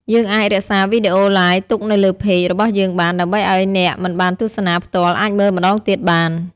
យើងអាចរក្សារវីដេអូឡាយទុកនៅលើ Page របស់យើងបាន ដើម្បីឲ្យអ្នកមិនបានទស្សនាផ្ទាល់អាចមើលម្តងទៀតបាន។